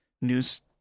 news